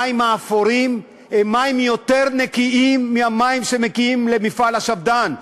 המים האפורים הם מים יותר נקיים מהמים שמגיעים למפעל השפד"ן,